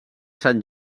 san